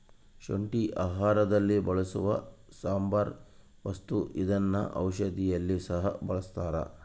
ಶುಂಠಿ ಆಹಾರದಲ್ಲಿ ಬಳಸುವ ಸಾಂಬಾರ ವಸ್ತು ಇದನ್ನ ಔಷಧಿಯಲ್ಲಿ ಸಹ ಬಳಸ್ತಾರ